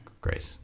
great